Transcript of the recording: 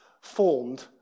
formed